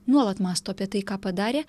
nuolat mąsto apie tai ką padarė